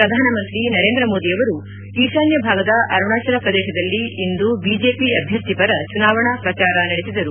ಪ್ರಧಾನಮಂತ್ರಿ ನರೇಂದ್ರ ಮೋದಿಯವರು ಈಶಾನ್ಯ ಭಾಗದ ಅರುಣಾಚಲ ಪ್ರದೇಶದಲ್ಲಿ ಇಂದು ಬಿಜೆಪಿ ಅಭ್ಯರ್ಥಿ ಪರ ಚುನಾವಣಾ ಪ್ರಚಾರ ನಡೆಸಿದರು